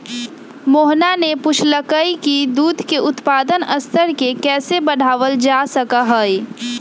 मोहना ने पूछा कई की दूध के उत्पादन स्तर के कैसे बढ़ावल जा सका हई?